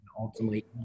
ultimately